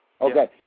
Okay